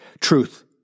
Truth